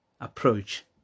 approach